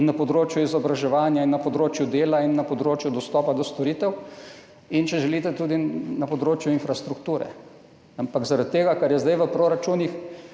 na področju izobraževanja, na področju dela in na področju dostopa do storitev in, če želite, tudi na področju infrastrukture. Ampak zaradi tega, kar je zdaj v proračunih,